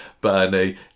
Bernie